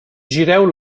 gireu